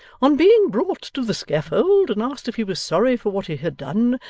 on being brought to the scaffold and asked if he was sorry for what he had done,